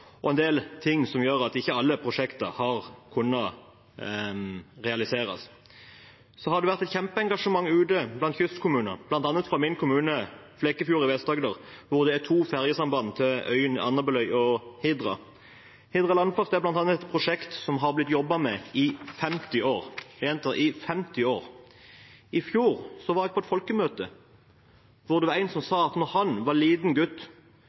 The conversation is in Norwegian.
og en del ting som har gjort at ikke alle prosjekter har kunnet realiseres. Det har vært et kjempeengasjement ute blant kystkommunene, bl.a. i min kommune, Flekkefjord i Vest-Agder, hvor det er to ferjesamband til øyene Andabeløy og Hidra. Hidra landfast bl.a. er et prosjekt som det har blitt jobbet med i 50 år – jeg gjentar: i 50 år. I fjor var jeg på et folkemøte hvor det var en som sa at da han var liten gutt